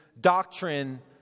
doctrine